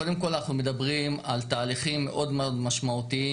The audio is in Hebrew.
קודם כל אנחנו מדברים על תהליכים מאוד משמעותיים